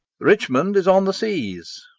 richmond is on the seas.